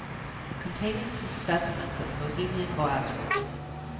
containing some specimens of bohemian glass-work.